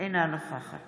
אינה נוכחת